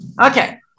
Okay